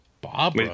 Bob